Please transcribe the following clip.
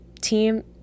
team